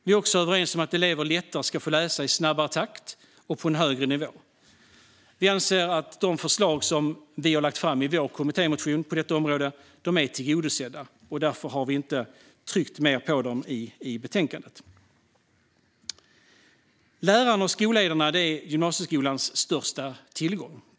Vi är också överens om att elever lättare ska få läsa i snabbare takt och på en högre nivå. Vi anser att de förslag som vi lagt fram i vår kommittémotion på detta område är tillgodosedda, och därför har vi inte tryckt mer på dem i betänkandet. Lärarna och skolledarna är gymnasieskolans största tillgång.